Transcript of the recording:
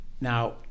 Now